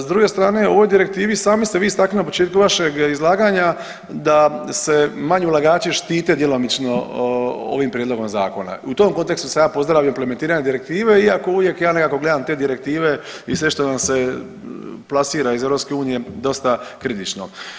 S druge strane u ovoj direktivi sami ste vi istaknuli na početku vašeg izlaganja da se manji ulagači štete djelomično ovim prijedlogom zakona, u tom kontekstu sam ja pozdravio implementiranje direktive iako uvijek ja nekako gledam te direktive i sve što nam se plasira iz EU dosta kritično.